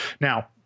Now